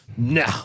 No